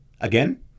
again